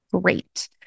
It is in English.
Great